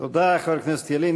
תודה לחבר הכנסת ילין.